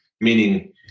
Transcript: meaning